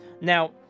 Now